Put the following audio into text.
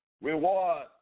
reward